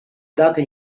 date